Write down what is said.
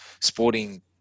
sporting